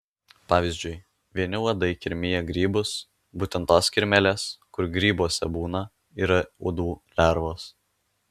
pavyzdžiui vieni uodai kirmija grybus būtent tos kirmėlės kur grybuose būna yra uodų lervos